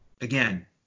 again